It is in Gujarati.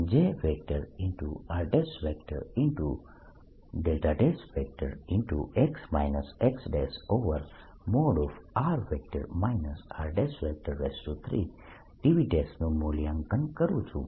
x x|r r|3dV નું મૂલ્યાંકન કરું છું